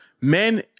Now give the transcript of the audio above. men